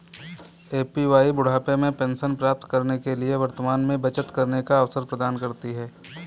APY बुढ़ापे में pension प्राप्त करने के लिए वर्तमान में बचत करने का अवसर प्रदान करती है